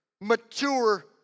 mature